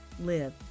live